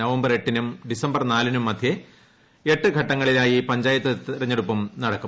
November എട്ടിനും December നാലിനും മദ്ധ്യേ എട്ട് ഘട്ടങ്ങളിലായി പഞ്ചായത്ത് തെരഞ്ഞെടുപ്പും നടക്കും